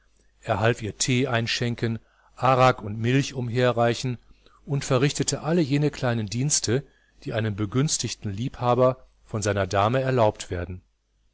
half ihr tee einschenken arak und milch umherreichen und verrichtete alle jene kleinen dienste die einem begünstigten liebhaber von seiner dame erlaubt werden